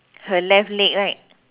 her left leg right